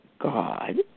God